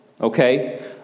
okay